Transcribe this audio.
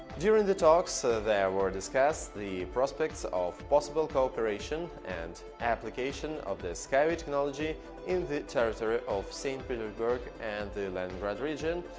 during the talks, there were discussed the prospects of possible cooperation and application of the skyway technology in the territory of st. petersburg and the leningrad region.